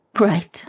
Right